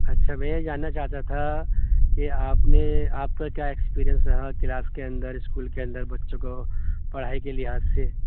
اچھا میں یہ جاننا چاہتا تھا کہ آپ نے آپ کا کیا ایکسپیریئنس رہا کلاس کے اندر اسکول کے اندر بچوں کو پڑھائی کے لحاظ سے